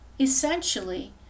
Essentially